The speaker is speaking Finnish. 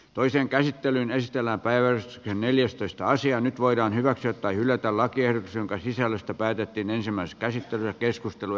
toisen käsittelyn ystävänpäivänä neljästoista sija nyt voidaan hyväksyä tai hylätä lakiehdotus jonka sisällöstä päätettiin ensimmäisessä käsittelyssä